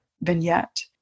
vignette